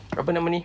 apa nama ini